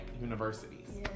universities